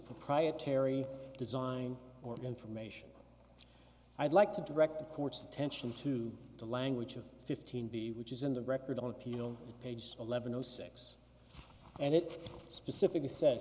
proprietary design or information i'd like to direct the court's attention to the language of fifteen b which is in the record on appeal page eleven zero six and it specifically say